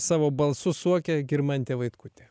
savo balsu suokia girmantė vaitkutė